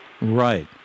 Right